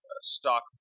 stock